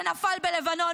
שנפל בלבנון,